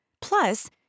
Plus